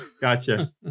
Gotcha